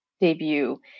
debut